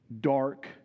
dark